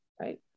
right